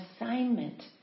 assignment